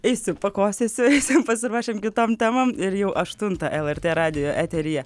eisiu pakosėsiu eisim pasiruošim kitom temom ir jau aštuntą lrt radijo eteryje